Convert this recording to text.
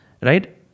right